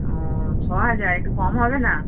ও ছ হাজার একটু কম হবে না